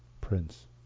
Prince